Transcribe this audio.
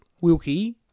Wilkie